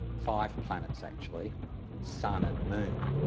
five planets, actually sun and moon.